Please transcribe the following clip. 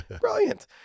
Brilliant